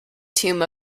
tomb